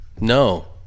No